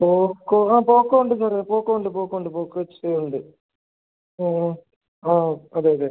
പോക്കോ ആ പോക്കോ ഉണ്ട് സാറേ പോക്കോ ഉണ്ട് പോക്കോ ഉണ്ട് പോക്കോ എക്സ് ഫൈവ് ഉണ്ട് ഓ ആ അതെ അതെ